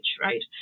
right